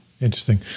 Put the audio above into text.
interesting